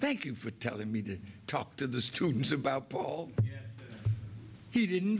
thank you for telling me to talk to the students about paul he didn't